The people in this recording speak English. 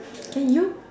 can you